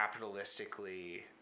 capitalistically